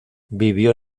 vivió